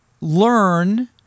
learn